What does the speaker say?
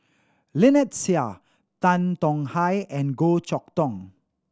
Lynnette Seah Tan Tong Hye and Goh Chok Tong